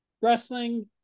wrestling